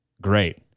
Great